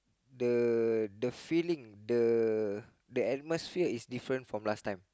the the feeling the the atmosphere is different from last time